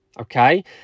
Okay